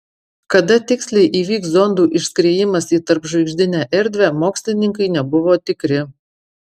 kada tiksliai įvyks zondų išskriejimas į tarpžvaigždinę erdvę mokslininkai nebuvo tikri